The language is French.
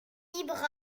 ibrahim